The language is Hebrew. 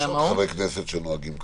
יש חברי כנסת שנוהגים כך.